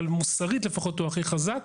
אבל מוסרית לפחות הוא הכי חזק.